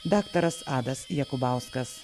daktaras adas jakubauskas